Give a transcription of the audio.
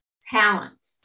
talent